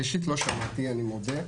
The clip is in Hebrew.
ראשית לא שמעתי, אני מודה.